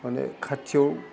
माने खाथियाव